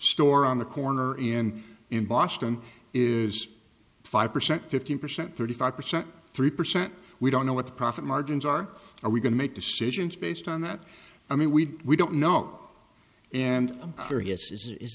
store on the corner and in boston is five percent fifteen percent thirty five percent three percent we don't know what the profit margins are and we can make decisions based on that i mean we we don't know and